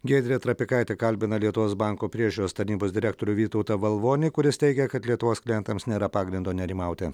giedrė trapikaitė kalbina lietuvos banko priežiūros tarnybos direktorių vytautą valvonį kuris teigia kad lietuvos klientams nėra pagrindo nerimauti